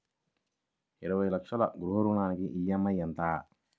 ఇరవై లక్షల గృహ రుణానికి ఈ.ఎం.ఐ ఎంత?